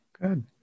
good